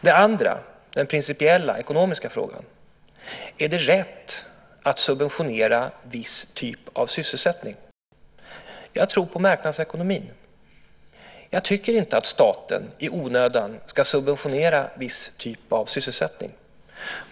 Det andra är den principiella ekonomiska frågan: Är det rätt att subventionera viss typ av sysselsättning? Jag tror på marknadsekonomin. Jag tycker inte att staten i onödan ska subventionera viss typ av sysselsättning.